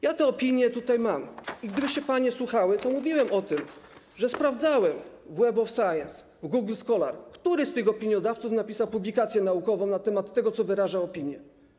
Ja te opinie tutaj mam i gdybyście panie słuchały, to mówiłem o tym, że sprawdzałem w Web of Science, w Google Scholar, który z tych opiniodawców napisał publikację naukową na temat tego, co wyraża opinia.